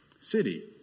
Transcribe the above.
city